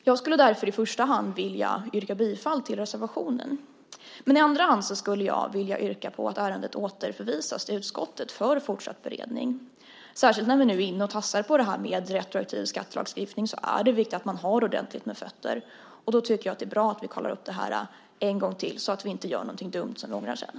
Jag skulle därför i första hand vilja yrka bifall till reservationen, men i andra hand skulle jag vilja yrka att ärendet återförvisades till utskottet för fortsatt beredning. Särskilt när vi nu är inne och tassar på området retroaktiv skattelagstiftning är det viktigt att man har ordentligt på fötterna, och då tycker jag att det är bra att vi kollar upp detta en gång till så att vi inte gör någonting dumt som vi sedan ångrar.